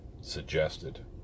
suggested